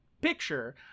picture